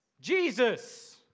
jesus